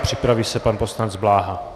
Připraví se pan poslanec Bláha.